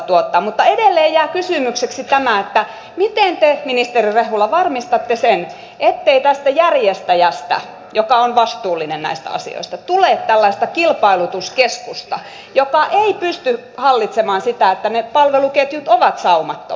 mutta edelleen jää kysymykseksi tämä miten te ministeri rehula varmistatte sen ettei tästä järjestäjästä joka on vastuullinen näissä asioissa tule tällaista kilpailutuskeskusta joka ei pysty hallitsemaan sitä että ne palveluketjut ovat saumattomia